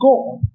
God